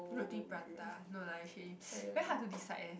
Roti-Prata no lah actually very hard to decide eh